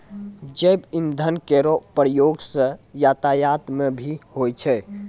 जैव इंधन केरो उपयोग सँ यातायात म भी होय छै